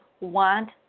want